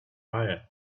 riot